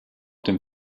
dem